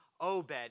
Obed